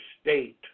state